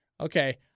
Okay